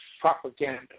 propaganda